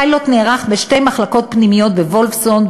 הפיילוט נערך בשתי מחלקות פנימיות שם,